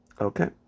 Okay